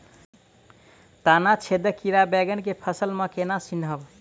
तना छेदक कीड़ा बैंगन केँ फसल म केना चिनहब?